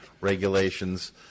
regulations